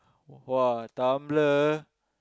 !wah! Tumblr